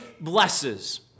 blesses